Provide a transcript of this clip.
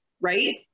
right